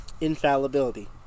infallibility